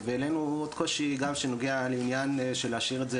העלינו עוד קושי, שגם נוגע לעניין של להשאיר את זה